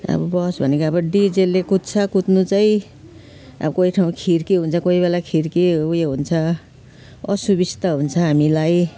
अब बस भनेको अब डिजलले कुद्छ कुद्नु चाहिँ अब कोही ठाउँ खिर्की हुन्छ कोही बेला खिर्की उयो हुन्छ असुविस्ता हुन्छ हामीलाई